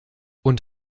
und